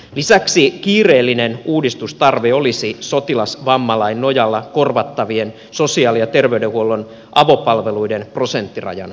lisäksi kiireellinen uudistustarve olisi sotilasvammalain nojalla korvattavien sosiaali ja terveydenhuollon avopalveluiden prosenttirajan poistaminen